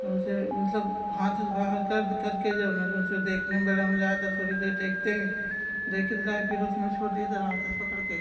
जो से मतलब हाथे से बाहर करदे करके जो है तो उसे देखने में बड़ा मज़ा आता थोड़ी देर देखते हैं देखता रहा फिर उसमें छोड़ दीस रहा हाथे से पकड़ कर